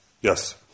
Yes